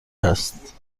هست